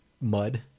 mud